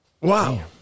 Wow